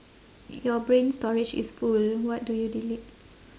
your brain storage is full what do you delete